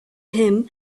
him